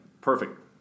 Perfect